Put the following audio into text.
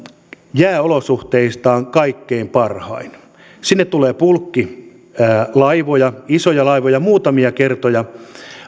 jääolosuhteiltaan kaikkein parhain sinne tulee bulkkilaivoja isoja laivoja muutamia kertoja